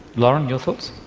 lauren, your thoughts?